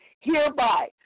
Hereby